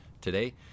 Today